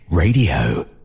Radio